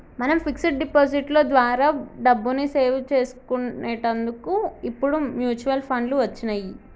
మనం fix deposit లో ద్వారా డబ్బుని సేవ్ చేసుకునేటందుకు ఇప్పుడు మ్యూచువల్ ఫండ్లు వచ్చినియ్యి